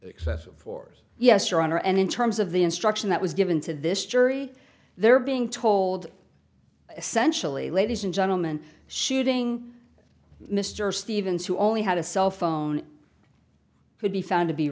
excessive force yes your honor and in terms of the instruction that was given to this jury they're being told essentially ladies and gentleman shooting mr stevens who only had a cell phone could be found to be